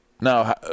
Now